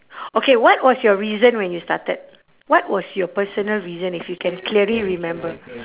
okay what was your reason when you started what was your personal reason if you can clearly remember